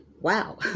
wow